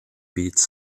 beats